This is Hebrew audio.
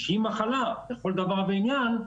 שהיא מחלה לכל דבר ועניין,